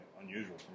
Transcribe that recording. unusual